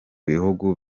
bihugu